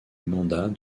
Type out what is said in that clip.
mandat